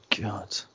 god